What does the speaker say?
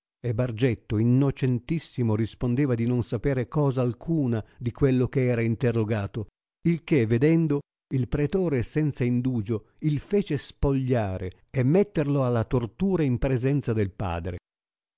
e bargetto innocentissimo rispondeva di non sapere cosa alcuna di quello era interrogato il che vedendo il pretore senza indugio il fece spogliare e metterlo alla tortura in presenza del padre